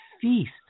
feast